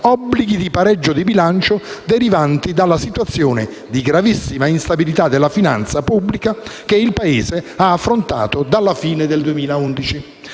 obblighi di pareggio di bilancio derivanti dalla situazione di gravissima instabilità della finanza pubblica che il Paese ha affrontato dalla fine del 2011.